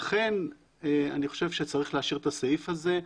לכן אני חושב שצריך להשאיר את הסעיף הזה,